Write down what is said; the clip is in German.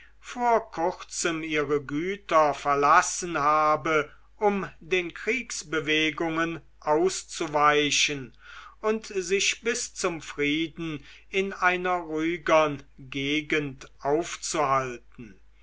vor kurzem ihre güter verlassen habe um den kriegsbewegungen auszuweichen und sich bis zum frieden in einer ruhigern gegend aufzuhalten